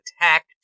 attacked